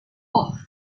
off